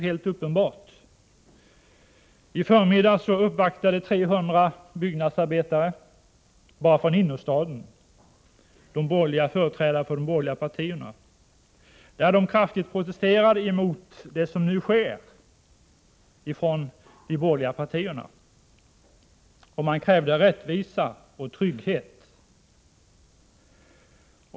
I förmiddags uppvaktade 300 byggnadsarbetare bara från innerstaden företrädare för de borgerliga partierna. De protesterade kraftigt mot vad som nu sker och krävde rättvisa och trygghet.